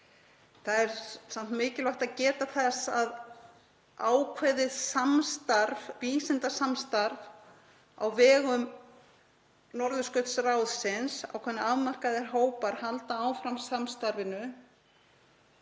Það er samt mikilvægt að geta þess að í ákveðnu samstarfi, vísindasamstarfi á vegum Norðurskautsráðsins, halda ákveðnir afmarkaðir hópar áfram samstarfinu.